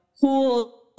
cool